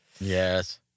Yes